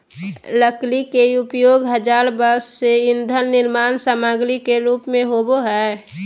लकड़ी के उपयोग हजार वर्ष से ईंधन निर्माण सामग्री के रूप में होबो हइ